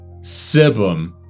Sibum